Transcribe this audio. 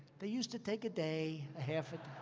they used to take a day, a half a